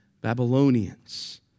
Babylonians